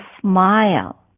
smile